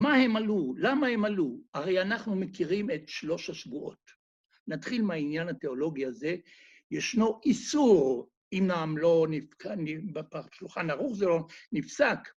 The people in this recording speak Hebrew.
‫מה הם עלו? למה הם עלו? ‫הרי אנחנו מכירים את שלוש השבועות. ‫נתחיל מהעניין התיאולוגי הזה. ‫ישנו איסור אם העם לא ... ‫בשולחן ערוך זה לא נפסק.